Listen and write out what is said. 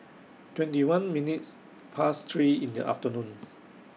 twenty one minutes Past three in The afternoon